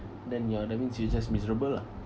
then you're that means you're just miserable ah